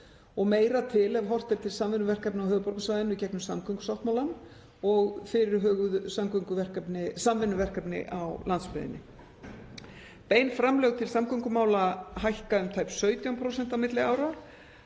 og meira til ef horft er til samvinnuverkefna á höfuðborgarsvæðinu í gegnum samgöngusáttmálann og fyrirhuguð samvinnuverkefni á landsbyggðinni. Bein framlög til samgöngumála hækka um tæp 17% á milli ára,